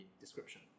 description